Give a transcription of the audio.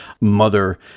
Mother